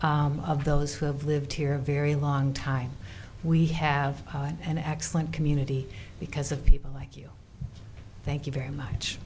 of those who have lived here a very long time we have an excellent community because of people like you thank you very much